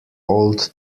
old